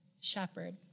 shepherd